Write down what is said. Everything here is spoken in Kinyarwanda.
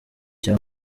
cya